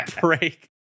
break